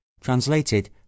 Translated